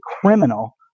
criminal